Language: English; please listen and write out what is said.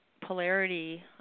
polarity